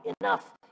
enough